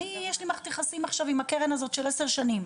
אני יש לי מערכת יחסים עכשיו עם הקרן הזו של עשרה שנים,